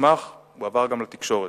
מסמך הועבר גם לתקשורת.